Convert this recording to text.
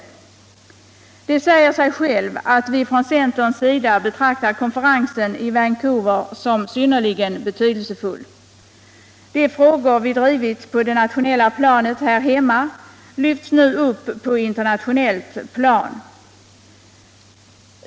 Det säger sig självt att vi ifrån centerns sida betraktar konferensen i Vancouver som synnerligen betydelsefull. De frågor vi drivit på det nationella planet här hemma lyfts nu upp på ett internationellt plan.